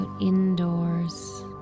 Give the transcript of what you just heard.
indoors